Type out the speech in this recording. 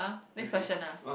next question ah